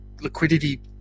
liquidity